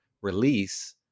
release